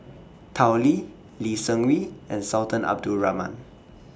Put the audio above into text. Tao Li Lee Seng Wee and Sultan Abdul Rahman